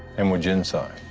and we ginseng.